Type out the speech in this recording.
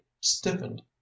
stiffened